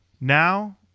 Now